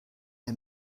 der